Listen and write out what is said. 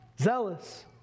zealous